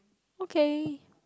okay